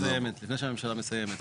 לפני שהממשלה מסיימת.